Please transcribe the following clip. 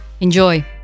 Enjoy